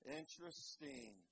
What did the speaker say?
interesting